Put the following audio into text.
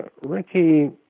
Ricky